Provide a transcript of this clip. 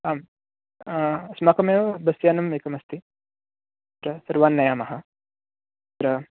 आम् अस्माकं एव बस्यानम् एकम् अस्ति सर्वान् नयामः तत्र